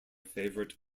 favourite